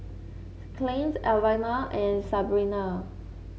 Clint Ivana and Sabina